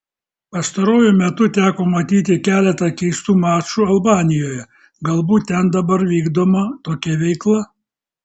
pastaruoju metu teko matyti keletą keistų mačų albanijoje galbūt ten dabar vykdoma tokia veikla